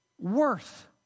worth